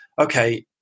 okay